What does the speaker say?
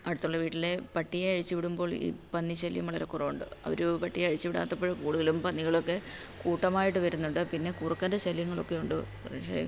അടുത്തുള്ള വീട്ടിലെ പട്ടിയെ അഴിച്ചുവിടുമ്പോൾ ഈ പന്നി ശല്യം വളരെ കുറവുണ്ട് അവര് പട്ടിയെ അഴിച്ചുവിടാത്തപ്പോഴും കൂടുതലും പന്നികളൊക്കെ കൂട്ടമായിട്ട് വരുന്നുണ്ട് പിന്നെ കുറുക്കൻ്റെ ശല്യങ്ങളൊക്കെയുണ്ട് പക്ഷെ